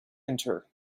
enter